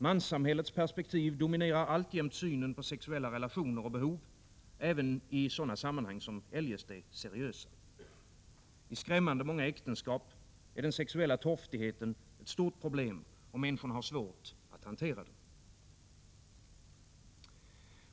Manssamhällets perspektiv dominerar alltjämt synen på sexuella relationer och behov, även i eljest seriösa sammanhang. I skrämmande många äktenskap är den sexuella torftigheten ett stort problem, och människorna har svårt att hantera den.